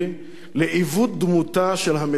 לעיוות דמותה של המדינה,